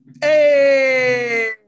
Hey